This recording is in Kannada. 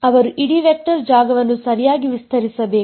ಅವರು ಇಡೀ ವೆಕ್ಟರ್ ಜಾಗವನ್ನು ಸರಿಯಾಗಿ ವಿಸ್ತರಿಸಬೇಕು